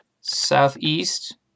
southeast